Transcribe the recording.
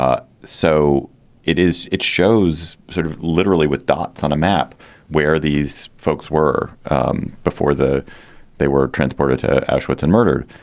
ah so it is it shows sort of literally with dots on a map where these folks were um before the they were transported to auschwitz and murdered.